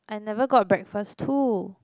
I never got breakfast too